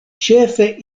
ĉefe